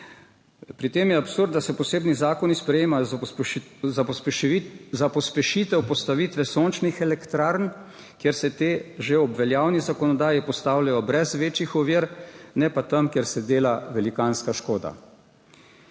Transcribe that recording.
Pri tem je absurd, da se posebni zakoni sprejemajo za pospešitev postavitve sončnih elektrarn, kjer se te že ob veljavni zakonodaji postavljajo brez večjih ovir, ne pa tam, kjer se dela velikanska škoda.